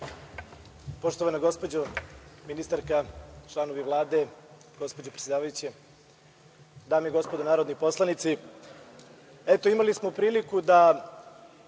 Poštovana gospođo ministarka, članovi Vlade, gospođo predsedavajuća, dame i gospodo narodni poslanici, eto imali smo priliku da